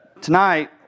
tonight